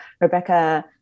Rebecca